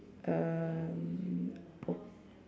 um